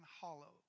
hollow